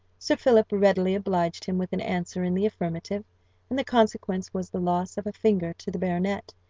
sir philip readily obliged him with an answer in the affirmative and the consequence was the loss of a finger to the baronet,